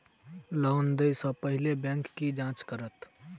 Loan देय सा पहिने बैंक की जाँच करत?